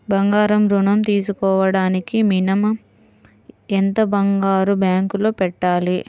బంగారం ఋణం తీసుకోవడానికి మినిమం ఎంత బంగారం బ్యాంకులో పెట్టాలి?